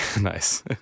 Nice